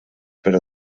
per